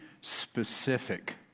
specific